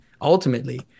ultimately